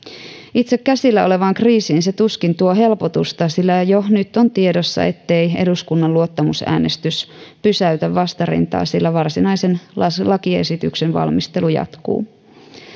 itse käsillä olevaan kriisiin se tuskin tuo helpotusta sillä jo nyt on tiedossa ettei eduskunnan luottamusäänestys pysäytä vastarintaa sillä varsinaisen lakiesityksen valmistelu jatkuu